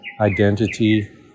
identity